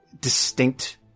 distinct